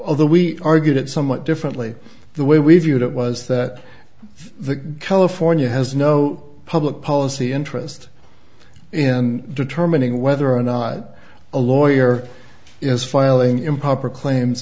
although we argued it somewhat differently the way we viewed it was that the california has no public policy interest and determining whether or not a lawyer is filing improper claims